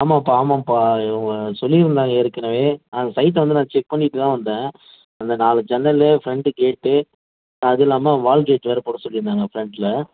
ஆமாம்ப்பா ஆமாம்ப்பா சொல்லியிருந்தாங்க ஏற்கனவே அந்த சைட் வந்து நான் செக் பண்ணிவிட்டு தான் வந்தேன் அந்த நாலு ஜன்னல் ஃப்ரண்ட்டு கேட்டு அது இல்லாமல் வால் கேட்டு வேறு போட சொல்லியிருந்தாங்க ஃப்ரண்ட்டில்